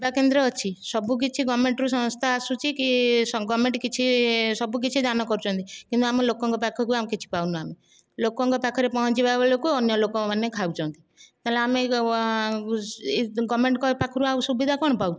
କେନ୍ଦ୍ର ଅଛି ସବୁକିଛି ଗଭର୍ଣ୍ଣମେଣ୍ଟରୁ ସଂସ୍ଥା ଆସୁଛି କି ଗଭର୍ଣ୍ଣମେଣ୍ଟ କିଛି ସବୁକିଛି ଦାନ କରୁଛନ୍ତି କିନ୍ତୁ ଆମ ଲୋକଙ୍କ ପାଖୁକୁ ଆଉ କିଛି ପାଉ ନାହୁଁ ଆମେ ଲୋକଙ୍କ ପାଖରେ ପହଞ୍ଚିବା ବେଳୁକୁ ଅନ୍ୟ ଲୋକମାନେ ଖାଉଛନ୍ତି ତାହେଲେ ଆମେ ଗଭର୍ଣ୍ଣମେଣ୍ଟଙ୍କ ପାଖରୁ ଆଉ ସୁବିଧା କଣ ପାଉଛୁ